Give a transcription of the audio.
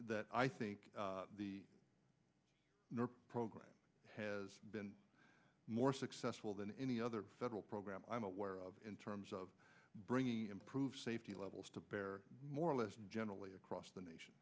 that i think the program has been more successful than any other federal program i'm aware of in terms of bringing improved safety levels to bear more or less and generally across the nation